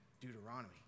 Deuteronomy